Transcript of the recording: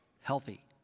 healthy